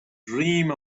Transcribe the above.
dream